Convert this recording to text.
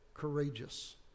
courageous